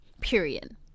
period